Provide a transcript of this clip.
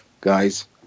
guys